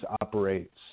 operates